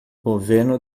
governo